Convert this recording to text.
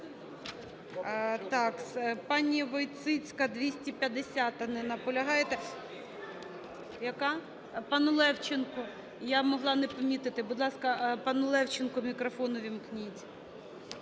Так, пані Войціцька 250-а. Не наполягаєте. Яка? Пану Левченку. Я могла не помітити. Будь ласка, пану Левченку мікрофону увімкніть.